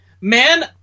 man